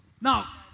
Now